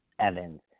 Evans